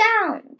sound